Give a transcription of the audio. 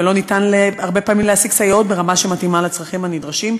ולא ניתן הרבה פעמים להשיג סייעות ברמה שמתאימה לצרכים הנדרשים,